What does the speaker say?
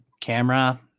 camera